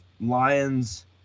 Lions